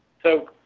so,